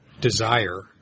desire